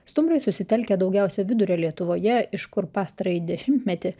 stumbrai susitelkę daugiausia vidurio lietuvoje iš kur pastarąjį dešimtmetį